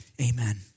Amen